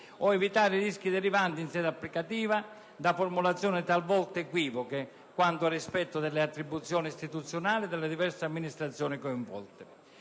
o evitare i rischi derivanti, in sede applicativa, da formulazioni talvolta equivoche quanto al rispetto delle attribuzioni istituzionali delle diverse amministrazioni coinvolte.